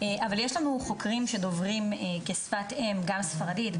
אבל יש לנו חוקרים שדוברים כשפת אם גם ספרדית,